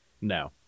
no